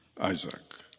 Isaac